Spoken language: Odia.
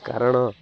କାରଣ